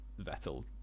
Vettel